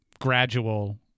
gradual